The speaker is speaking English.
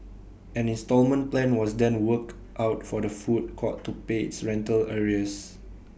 an instalment plan was then worked out for the food court to pay its rental arrears